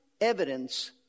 evidence